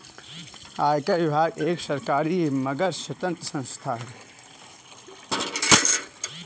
आयकर विभाग एक सरकारी मगर स्वतंत्र संस्था है